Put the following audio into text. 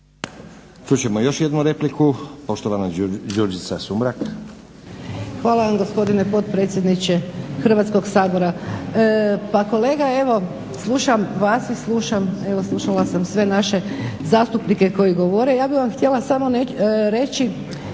ćemo još jednu repliku, poštovana Đurđica Sumrak. **Sumrak, Đurđica (HDZ)** Hvala vam gospodine potpredsjedniče Hrvatskog sabora. Pa kolega evo slušam vas i slušam, evo slušala sam sve naše zastupnike koji govore. Ja bih vam htjela samo reći